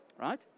right